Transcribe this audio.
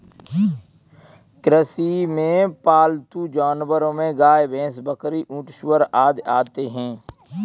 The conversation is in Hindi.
कृषि में पालतू जानवरो में गाय, भैंस, बकरी, ऊँट, सूअर आदि आते है